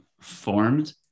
formed